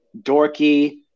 dorky